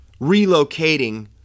relocating